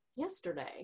Yesterday